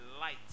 light